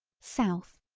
south,